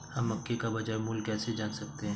हम मक्के का बाजार मूल्य कैसे जान सकते हैं?